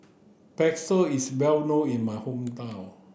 bakso is well known in my hometown